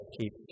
keep